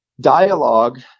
Dialogue